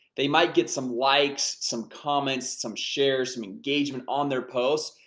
they might get some likes, some comments, some shares, some engagement on their posts,